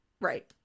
Right